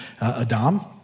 Adam